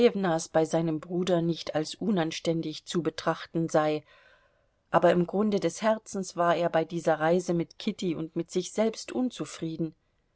bei seinem bruder nicht als unanständig zu betrachten sei aber im grunde des herzens war er bei dieser reise mit kitty und mit sich selbst unzufrieden